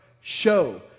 show